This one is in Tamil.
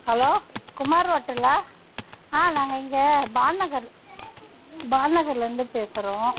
ஹலோ குமார் ஹோட்டல்லா ஆ நாங்கள் இங்கே பாலுநகர் பாலுநகர்லேர்ந்து பேசுகிறோம்